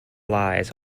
lies